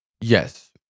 Yes